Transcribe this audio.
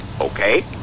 Okay